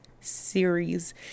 series